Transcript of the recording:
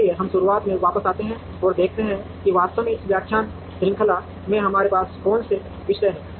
इसलिए हम शुरुआत से वापस आते हैं और देखते हैं कि वास्तव में इस व्याख्यान श्रृंखला में हमारे पास कौन से विषय हैं